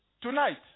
Tonight